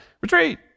Retreat